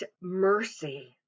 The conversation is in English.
mercy